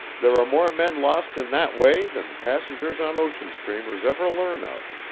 there are more men lost in that way than passengers on ocean steamers ever learn of.